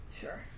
Sure